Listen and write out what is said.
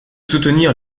soutenir